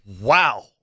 wow